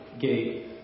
gate